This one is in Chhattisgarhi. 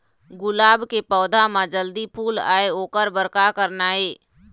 गुलाब के पौधा म जल्दी फूल आय ओकर बर का करना ये?